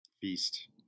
feast